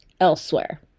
elsewhere